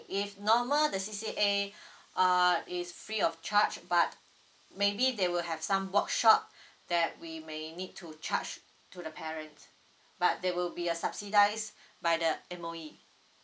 if normal the C_C_A uh is free of charge but maybe they will have some workshop that we may need to charge to the parent but there will be a subsidise by the M_O_E